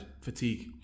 fatigue